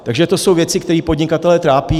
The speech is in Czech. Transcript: Takže to jsou věci, které podnikatele trápí.